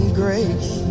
grace